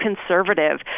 conservative